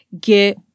get